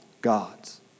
gods